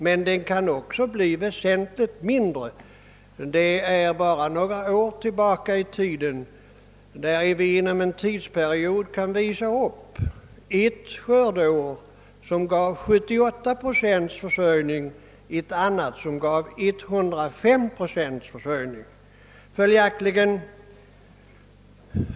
Men det kan också bli en väsentligt lägre siffra. För bara några år sedan gav ett skördeår 78 procents försörjning medan försörjningsnivån ett annat år var uppe i 105 procent.